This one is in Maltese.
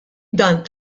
dan